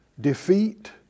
defeat